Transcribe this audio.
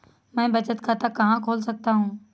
मैं बचत खाता कहाँ खोल सकता हूँ?